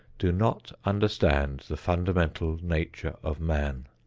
do not understand the fundamental nature of man.